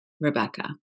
rebecca